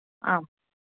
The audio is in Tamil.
ஆ